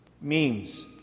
memes